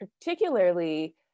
particularly